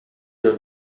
your